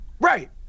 Right